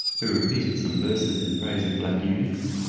who repeated some verses in praise of black eunuchs,